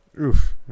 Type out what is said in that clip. Oof